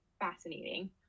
fascinating